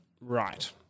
right